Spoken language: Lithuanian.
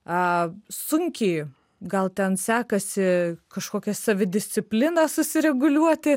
a sunkiai gal ten sekasi kažkokią savidiscipliną susireguliuoti